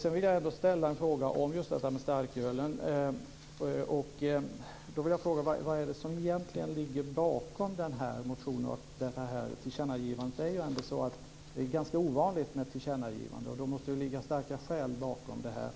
Jag vill också ställa en fråga om detta med starkölen. Vad är det egentligen som ligger bakom motionen och tillkännagivandet? Det är ju ganska ovanligt med ett tillkännagivande. Därför måste det finnas starka skäl bakom detta.